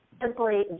simply